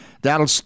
That'll